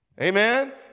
Amen